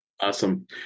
Awesome